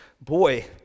boy